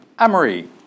Amory